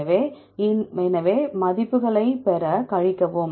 எனவே பெற மதிப்புகளைக் கழிக்கவும்